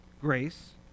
grace